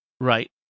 Right